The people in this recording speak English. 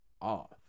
off